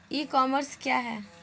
ई commerce क्या है?